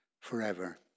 forever